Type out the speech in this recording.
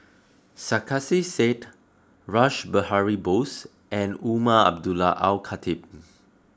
Sarkasi Said Rash Behari Bose and Umar Abdullah Al Khatib